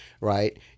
right